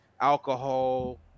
alcohol